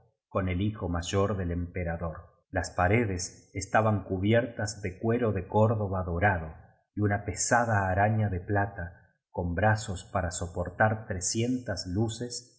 con el hijo mayor del empera dor las paredes estaban cubiertas de cuero de córdoba do rado y una pesada araña de plata con brazos para soportar trescientas luces